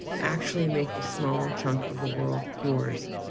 actually make a small chunk of the world yours.